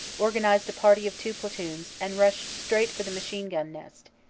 organized a party of two platoons and rushed straight for the machine-gun nest.